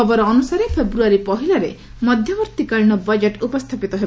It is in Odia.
ଖବର ଅନ୍ତସାରେ ଫେବୃୟାରୀ ପହିଲାରେ ମଧ୍ୟବର୍ତ୍ତୀକାଳୀନ ବଜେଟ୍ ଉପସ୍ଥାପିତ ହେବ